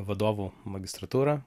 vadovų magistratūrą